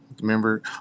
Remember